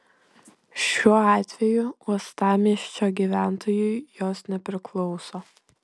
šiuo atveju uostamiesčio gyventojui jos nepriklauso